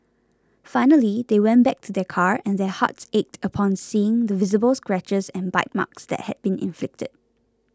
finally they went back to their car and their hearts ached upon seeing the visible scratches and bite marks that had been inflicted